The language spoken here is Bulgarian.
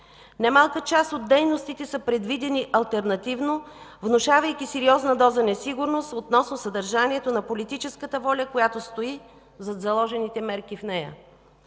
Немалка част от дейностите са предвидени алтернативно, внушавайки сериозна доза несигурност относно съдържанието на политическата воля, която стои зад заложените мерки в нея.